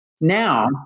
Now